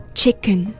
，chicken 。